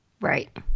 Right